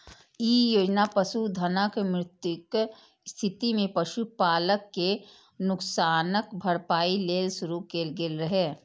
ई योजना पशुधनक मृत्युक स्थिति मे पशुपालक कें नुकसानक भरपाइ लेल शुरू कैल गेल रहै